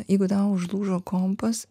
jeigu tau užlūžo kompas